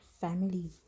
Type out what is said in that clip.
family